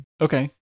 okay